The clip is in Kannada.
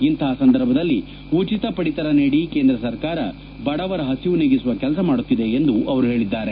ಇಂತಹ ಸಂದರ್ಭದಲ್ಲಿ ಉಚಿತ ಪಡಿತರ ನೀಡಿ ಕೇಂದ್ರ ಸರ್ಕಾರ ಬಡವರ ಹಸಿವು ನೀಗಿಸುವ ಕೆಲಸ ಮಾಡುತ್ತಿದೆ ಎಂದು ಅವರು ಹೇಳಿದ್ದಾರೆ